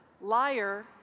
liar